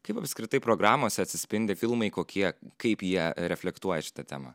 kaip apskritai programose atsispindi filmai kokie kaip jie reflektuoja šitą temą